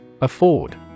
Afford